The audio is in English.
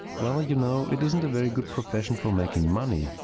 well you know, it isn't a very good profession for making money.